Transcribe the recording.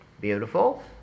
Beautiful